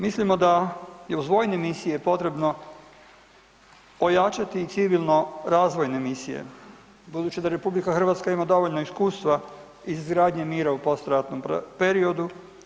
Mislimo da je uz vojne misije potrebno ojačati civilno razvojne misije budući da RH ima dovoljno iskustva u izgradnji mira u poslijeratnom periodu.